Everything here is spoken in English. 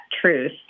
truth